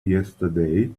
yesterday